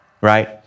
right